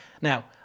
Now